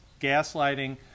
gaslighting